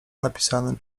napisanym